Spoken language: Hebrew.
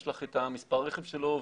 יש לך את מספר הרכב שלו,